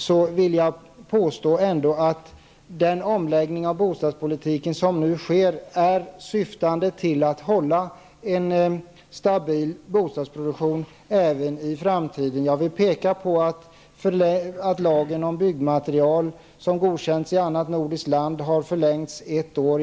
Men jag vill ändå påstå att den omläggning av bostadspolitiken som nu sker syftar till att bibehålla en stabil bostadsproduktion även i framtiden. Jag vill peka på att lagen om byggmaterial som godkänts i annat nordiskt land har förlängts ett år.